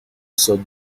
sorte